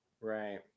Right